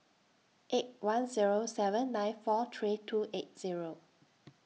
eight one Zero seven nine four three two eight Zero